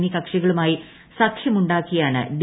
എന്നീ കക്ഷികളുമായി സഖ്യമുണ്ടാക്കിയാണ് ഡി